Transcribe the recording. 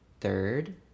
Third